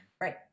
Right